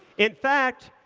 in fact,